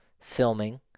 filming